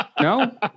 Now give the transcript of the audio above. No